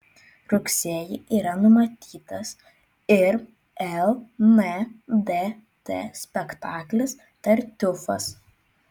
rugsėjį yra numatytas ir lndt spektaklis tartiufas